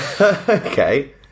Okay